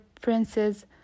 prince's